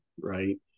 right